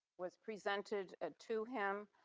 was presented ah to him.